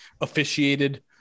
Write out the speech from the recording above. officiated